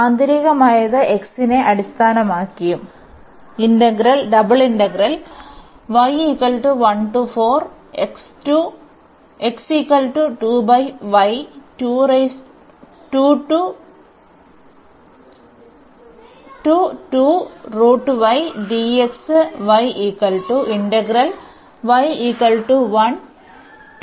ആന്തരികമായത് x നെ അടിസ്ഥാനമാക്കിയും